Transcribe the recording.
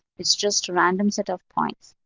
it's just a random set of points.